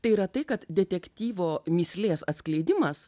tai yra tai kad detektyvo mįslės atskleidimas